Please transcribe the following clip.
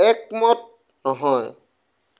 একমত নহয়